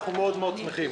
אנחנו מאוד שמחים.